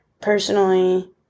personally